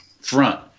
front